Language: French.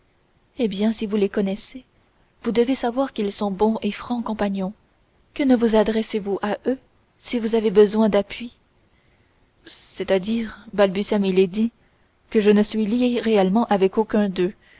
eh bien si vous les connaissez vous devez savoir qu'ils sont bons et francs compagnons que ne vous adressez-vous à eux si vous avez besoin d'appui c'est-à-dire balbutia milady je ne suis liée réellement avec aucun d'eux